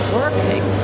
working